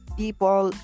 people